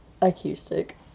Acoustic